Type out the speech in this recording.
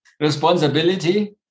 Responsibility